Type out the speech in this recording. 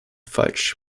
falsch